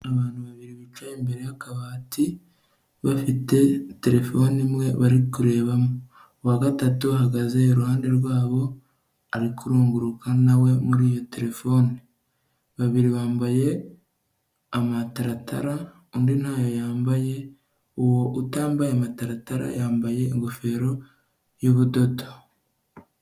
Abantu babiri bicaye imbere y'akabati bafite terefone imwe bari kurebamo, uwa gatatu ahagaze iruhande rwabo ari kurunguruka nawe muri iyo terefone, babiri bambaye amataratara undi ntayo yambaye, uwo utambaye amataratara yambaye ingofero y'ubudodo.